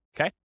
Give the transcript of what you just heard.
okay